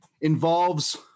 involves